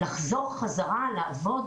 לחזור חזרה לעבוד,